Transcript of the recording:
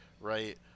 right